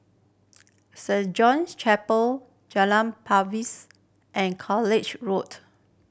Saint John's Chapel Jalan and College Road